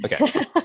okay